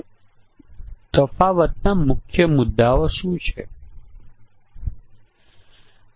ચાલો આપણે જોડી મુજબની પરીક્ષણ વ્યૂહરચના જોઈએ